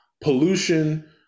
pollution